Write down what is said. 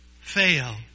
fail